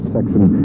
Section